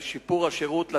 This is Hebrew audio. שיפור השירות לתייר,